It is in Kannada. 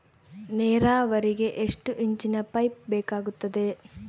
ನೇರಾವರಿಗೆ ಎಷ್ಟು ಇಂಚಿನ ಪೈಪ್ ಬೇಕಾಗುತ್ತದೆ?